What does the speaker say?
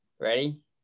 ready